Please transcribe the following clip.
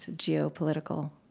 ah geo-political,